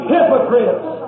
Hypocrites